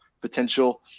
potential